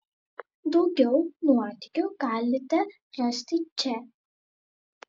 daugiau nuotykių galite rasti čia